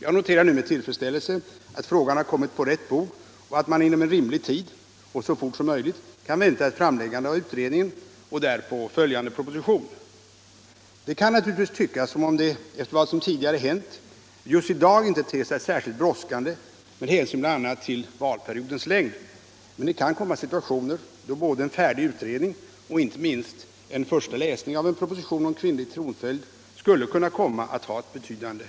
Jag noterar nu med tillfredsställelse att frågan har kommit på rätt bog och att man inom en rimlig tid och så snart som möjligt kan vänta ett framläggande av utredningen och därpå följande proposition. Det kan naturligtvis tyckas som om saken, efter vad som tidigare hänt, just i dag inte är särskilt brådskande — med hänsyn till valperiodens längd — men det kan komma situationer då både en färdig utredning och inte minst en första läsning av en proposition om kvinnlig tronföljd Nr 33 skulle kunna ha ett betydande värde. Torsdagen den